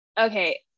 Okay